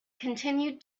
continued